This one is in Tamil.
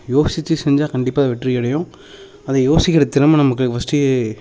யோசித்து செஞ்சால் கண்டிப்பாக வெற்றி கிடைக்கும் அதை யோசிக்கின்ற திறமை நமக்கு ஃபர்ஸ்ட்டு